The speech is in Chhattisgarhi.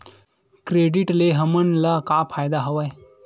क्रेडिट ले हमन ला का फ़ायदा हवय?